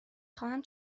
خواهم